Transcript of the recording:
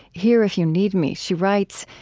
here if you need me, she writes,